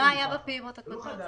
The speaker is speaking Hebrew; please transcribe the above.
מה היה בפעימות הקודמות?